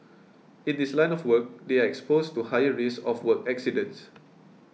in this line of work they are exposed to higher risk of work accidents